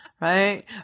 Right